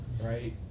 right